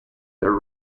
their